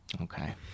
Okay